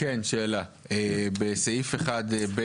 כן, שאלה: בסעיף 1(ב)